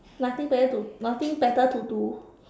nothing better to nothing better to do